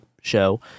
Show